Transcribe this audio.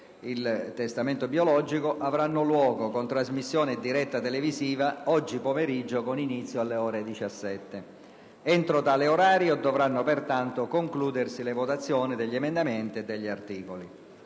il testamento biologico avranno luogo, con trasmissione diretta televisiva, oggi pomeriggio, con inizio alle ore 17. Entro tale orario dovranno pertanto concludersi le votazioni degli emendamenti e degli articoli.